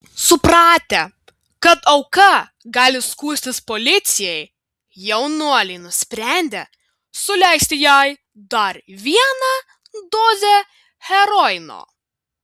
supratę kad auka gali skųstis policijai jaunuoliai nusprendė suleisti jai dar vieną dozę heroino